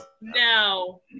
No